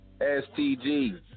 S-T-G